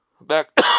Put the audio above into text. Back